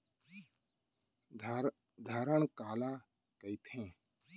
धरण काला कहिथे?